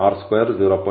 R square 0